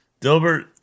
Dilbert